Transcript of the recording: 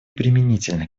применительно